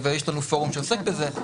ויש לנו פורום שעוסק בזה,